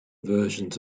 versions